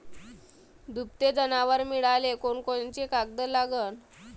दुभते जनावरं मिळाले कोनकोनचे कागद लागन?